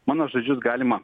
mano žodžius galima